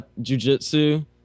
jujitsu